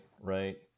Right